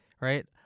right